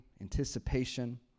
anticipation